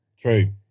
True